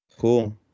cool